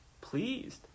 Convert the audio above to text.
pleased